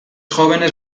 jóvenes